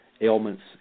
ailments